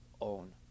own